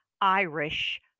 Irish